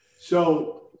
So-